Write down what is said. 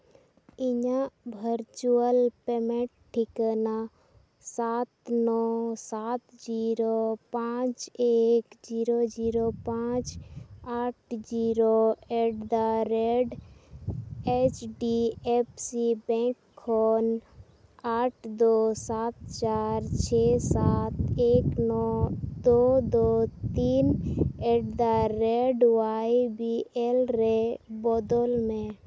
ᱤᱧᱟᱹᱜ virtual payment ᱴᱷᱤᱠᱟᱹᱱᱟ ᱥᱟᱛ ᱱᱚᱭ ᱥᱟᱛ ᱡᱤᱨᱳ ᱯᱟᱸᱪ ᱮᱠ ᱡᱤᱨᱳ ᱡᱤᱨᱳ ᱯᱟᱸᱪ ᱟᱴ zero at the rate H D F C bank ᱠᱷᱚᱱ ᱟᱴ ᱫᱚᱥ ᱥᱟᱛ ᱪᱟᱨ ᱪᱷᱮᱭ ᱥᱟᱛ ᱮᱠ ᱱᱚ ᱫᱳ ᱫᱳ ᱛᱤᱱ ᱮᱴᱫᱟᱼᱨᱮᱹᱴ ᱚᱣᱟᱭ ᱵᱤ ᱮᱞ ᱨᱮ ᱵᱚᱫᱚᱞ ᱢᱮ